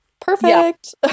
Perfect